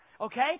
okay